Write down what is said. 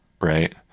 right